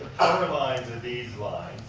power lines are these